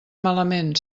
malament